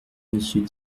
monsieur